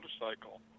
motorcycle